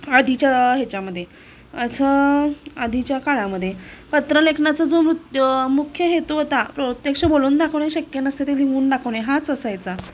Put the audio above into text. आधीच्या ह्याच्यामध्ये असं आधीच्या काळामध्ये पत्रलेखनाचा जो मृत्य मुख्य हे तो होता प्रत्यक्ष बोलून दाखवणे शक्य नसते ते लिहून दाखवणे हाच असायचा